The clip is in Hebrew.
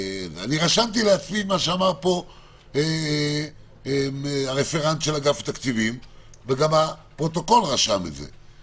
רשמתי לעצמי מה שאמר פה הרפרנט של אגף תקציבים וגם הפרוטוקול רשם את זה.